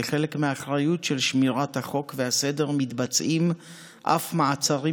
כחלק מהאחריות לשמירת החוק והסדר מתבצעים אף מעצרים